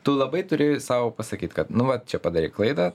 tu labai turi sau pasakyt kad nu vat čia padarei klaidą